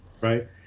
Right